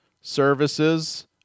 services